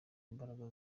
imbaraga